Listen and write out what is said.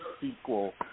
sequel